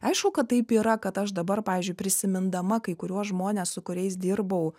aišku kad taip yra kad aš dabar pavyzdžiui prisimindama kai kuriuos žmones su kuriais dirbau